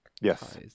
Yes